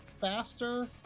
faster